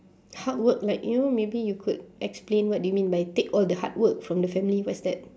hard work like you know maybe you could explain what you mean by take all the hard work from the family what's that